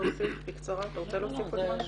אתה רוצה להוסיף עוד משהו?